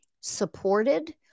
supported